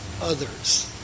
others